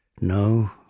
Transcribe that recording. No